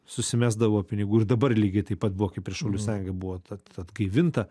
susimesdavo pinigų ir dabar lygiai taip pat buvo kaip ir šaulių sąjunga buvo ta atgaivinta